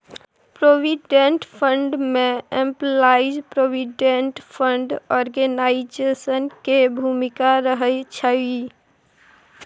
provident fund में employees provident fund organisation के भूमिका रहइ छइ